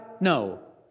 no